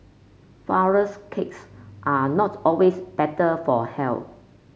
flourless cakes are not always better for health